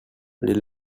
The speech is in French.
les